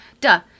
duh